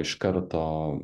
iš karto